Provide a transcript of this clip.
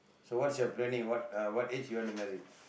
so what's your planning what uh what age you want to marry